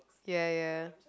ya ya